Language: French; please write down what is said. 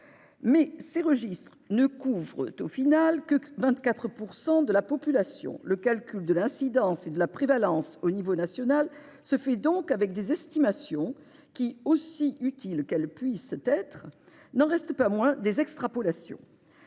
Mais ces registres ne couvrent au final que 24 % de la population. Le calcul de l'incidence et de la prévalence à l'échelon national se fait donc avec des estimations, qui, aussi utiles qu'elles puissent être, n'en restent pas moins des extrapolations.